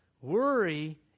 Worry